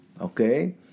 okay